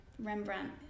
Rembrandt